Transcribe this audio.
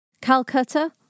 Calcutta